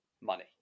money